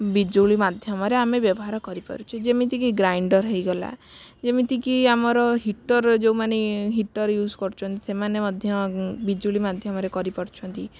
ବିଜୁଳି ମାଧ୍ୟମରେ ଆମେ ବ୍ୟବହାର କରିପାରୁଛେ ଯେମିତିକି ଗ୍ରାଇଣ୍ଡର୍ ହେଇଗଲା ଯେମିତିକି ଆମର ହିଟର୍ ଯୋଉମାନେ ହିଟର୍ ୟୁଜ୍ କରୁଛନ୍ତି ସେମାନେ ମଧ୍ୟ ବିଜୁଳି ମାଧ୍ୟମରେ କରିପାରୁଛନ୍ତି